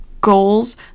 goals